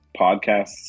podcasts